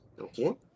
okay